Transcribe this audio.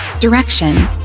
direction